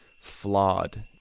flawed